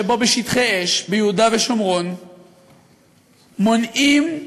שבשטחי אש ביהודה ושומרון מונעים מיהודים,